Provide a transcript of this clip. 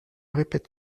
répète